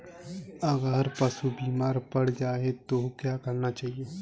अगर पशु बीमार पड़ जाय तो क्या करना चाहिए?